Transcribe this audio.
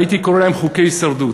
הייתי קורא להם חוקי הישרדות.